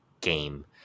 game